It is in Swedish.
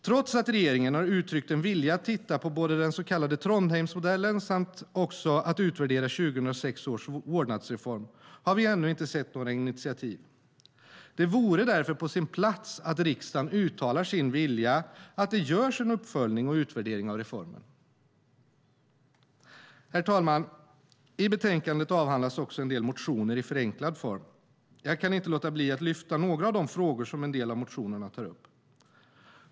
Trots att regeringen har uttryckt en vilja att både titta på den så kallade Trondheimsmodellen och utvärdera 2006 års vårdnadsreform har vi ännu inte sett några initiativ. Det vore därför på sin plats att riksdagen uttalade sin vilja att det görs en uppföljning och utvärdering av reformen. Herr talman! I betänkandet avhandlas också en del motioner i förenklad form. Jag kan inte låta bli att lyfta fram några av de frågor som en del av motionerna tar upp.